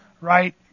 right